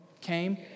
came